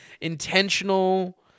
intentional